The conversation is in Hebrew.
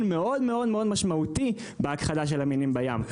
מאוד מאוד משמעותי בהכחדה של המינים בים.